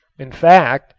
in fact,